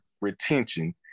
retention